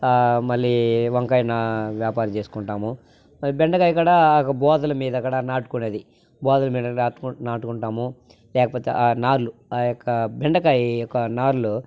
మళ్లీ వంకాయ నా వ్యాపారం చేసుకుంటాము బెండకాయ కూడా బోదలమీద కూడా నాటుకునేది బోదలమీద నాటు నాటుకుంటాము లేకపోతే ఆ నార్లు ఆ యొక్క బెండకాయ యొక్క నార్లు